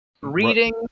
reading